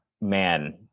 man